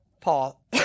Paul